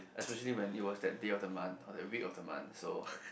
especially when it was that day of the month or that week of the month so